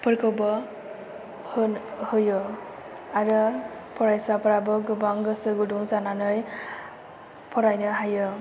फोरखौबो होयो आरो फरायसाफोराबो गोबां गोसो गुदुं जानानै फरायनो हायो